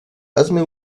hazme